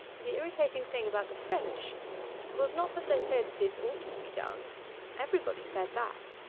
the irritating thing about the french was not that they said this ought to be done everybody said that.